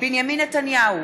בנימין נתניהו,